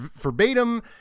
verbatim